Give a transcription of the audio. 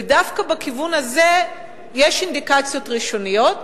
ודווקא בכיוון הזה יש אינדיקציות ראשוניות.